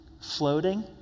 Floating